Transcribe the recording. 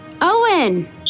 Owen